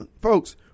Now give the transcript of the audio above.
Folks